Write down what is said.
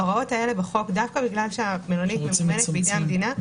ההוראות האלה בחוק דווקא בגלל שהמלונית ממומנת על-ידי המדינה,